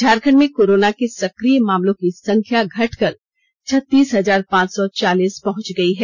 झारखंड में कोरोना के सक्रिय मामलों की संख्या घटकर छतिस हजार पांच सौ चालीस पहंच गयी है